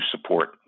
support